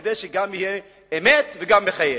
כדי שגם יהיה אמת וגם מחייב.